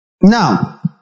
Now